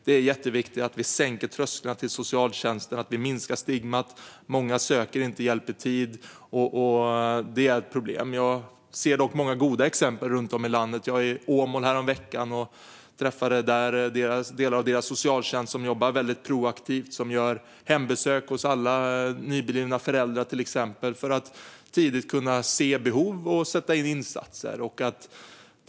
Det är jätteviktigt att vi sänker trösklarna till socialtjänsten och minskar stigmat. Många söker inte hjälp i tid, och det är ett problem. Jag ser dock många goda exempel runtom i landet. Jag var i Åmål häromveckan och träffade där delar av deras socialtjänst som jobbar väldigt proaktivt. De gör till exempel hembesök hos alla nyblivna föräldrar för att tidigt kunna se behov och sätta in insatser.